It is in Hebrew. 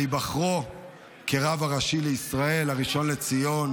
על היבחרו כרב הראשי לישראל הראשון לציון,